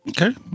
Okay